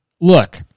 Look